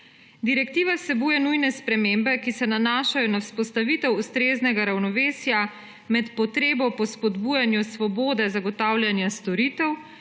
Direktiva vsebuje nujne spremembe, ki se nanašajo na vzpostavitev ustreznega ravnovesja med potrebo po spodbujanju svobode zagotavljanja storitev